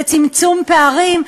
לצמצום פערים,